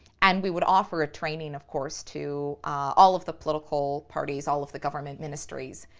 and we would offer a training, of course, to all of the political parties, all of the government ministries,